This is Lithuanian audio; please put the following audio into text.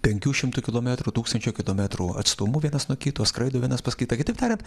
penkių šimtų kilometrų tūkstančio kilometrų atstumu vienas nuo kito skraido vienas pas kitą kitaip tariant